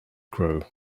grow